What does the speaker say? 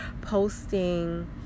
posting